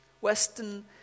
Western